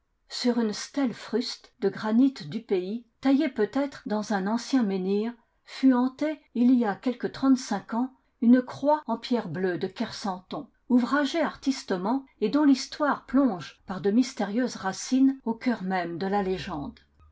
sur une stèle fruste de granit du pays taillée peut-être dans un ancien menhir fut entée il y a quelque trentecinq ans une croix en pierre bleue de kersanton ouvragée artistement et dont l'histoire plonge par de mystérieuses racines au cœur même de la légende